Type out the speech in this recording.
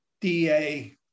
da